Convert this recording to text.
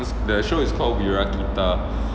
the show is called wira kita